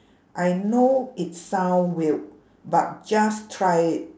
I know it sound weird but just try it